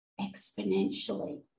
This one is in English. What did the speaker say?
exponentially